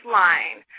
line